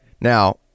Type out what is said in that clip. Now